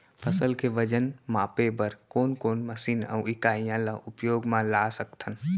फसल के वजन मापे बर कोन कोन मशीन अऊ इकाइयां ला उपयोग मा ला सकथन?